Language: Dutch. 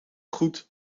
goed